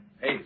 Hey